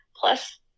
Plus